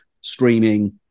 streaming